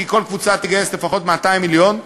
כי כל קבוצה תגייס לפחות 200 מיליון.